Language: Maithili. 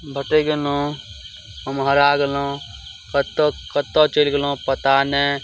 भेट गेलहुॅं हम हरा गेलहुॅं कतऽ कतऽ चलि गेलहुॅं पता नहि